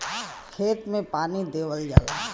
खेत मे पानी देवल जाला